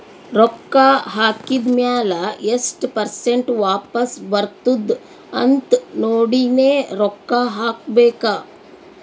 ರೊಕ್ಕಾ ಹಾಕಿದ್ ಮ್ಯಾಲ ಎಸ್ಟ್ ಪರ್ಸೆಂಟ್ ವಾಪಸ್ ಬರ್ತುದ್ ಅಂತ್ ನೋಡಿನೇ ರೊಕ್ಕಾ ಹಾಕಬೇಕ